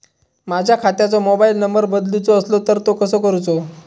माझ्या खात्याचो mobile number बदलुचो असलो तर तो कसो करूचो?